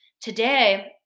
today